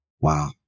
Wow